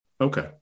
okay